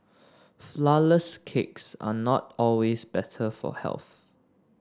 flourless cakes are not always better for health